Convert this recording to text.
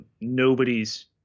nobody's